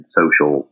social